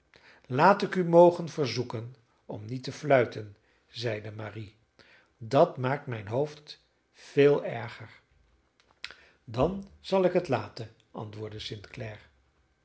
laat ik u mogen verzoeken om niet te fluiten zeide marie dat maakt mijn hoofd veel erger dan zal ik het laten antwoordde